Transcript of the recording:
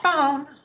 phone